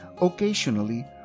occasionally